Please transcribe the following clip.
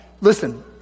Listen